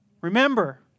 Remember